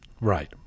Right